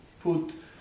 put